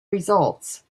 results